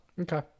Okay